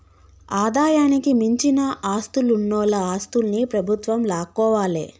ఆదాయానికి మించిన ఆస్తులున్నోల ఆస్తుల్ని ప్రభుత్వం లాక్కోవాలే